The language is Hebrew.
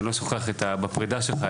אני לא שוכח בפרידה שלך,